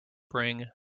bring